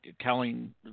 telling